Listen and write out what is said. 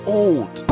old